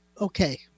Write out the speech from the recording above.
okay